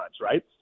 right